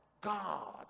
god